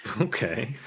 Okay